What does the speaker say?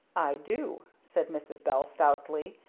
i do, said mrs. bell stoutly.